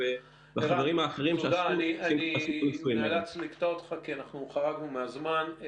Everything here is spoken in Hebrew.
אני נאלץ לקטוע אותך כי חרגנו מהזמן.